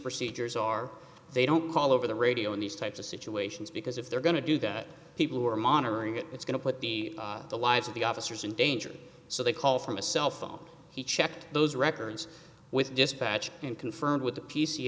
procedures are they don't call over the radio in these types of situations because if they're going to do the people who are monitoring it it's going to put the the lives of the officers in danger so they call from a cell phone he checked those records with dispatch and confirmed with the p